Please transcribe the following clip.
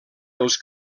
els